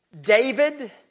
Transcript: David